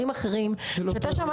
זה לא אותו הדבר.